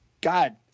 God